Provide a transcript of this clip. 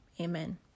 amen